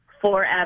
forever